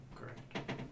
Correct